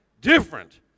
different